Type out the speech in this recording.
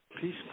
peace